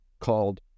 called